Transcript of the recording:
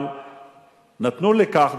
אבל נתנו לכך,